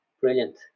Brilliant